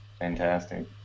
fantastic